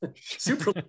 super